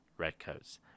redcoats